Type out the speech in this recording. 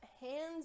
hands